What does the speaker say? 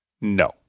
no